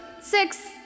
six